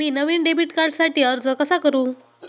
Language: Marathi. मी नवीन डेबिट कार्डसाठी अर्ज कसा करू?